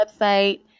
website